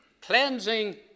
Cleansing